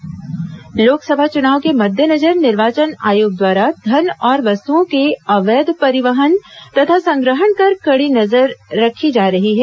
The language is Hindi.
निगरानी दल कार्रवाई लोकसभा चुनाव के मद्देनजर निर्वाचन आयोग द्वारा धन और वस्तुओं के अवैध परिवहन तथा संग्रहण पर कड़ी नजर रखी जा रही है